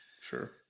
Sure